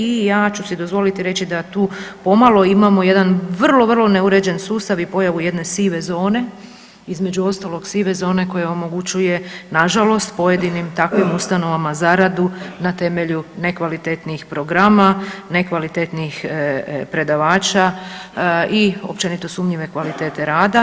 I ja ću si dozvoliti reći da tu pomalo imamo jedan vrlo, vrlo neuređen sustav i pojavu jedne sive zone, između ostalog sive zone koja omogućuje na žalost pojedinim takvim ustanovama zaradu na temelju nekvalitetnih programa, nekvalitetnih predavača i općenito sumnjive kvalitete rada.